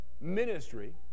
ministry